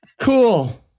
Cool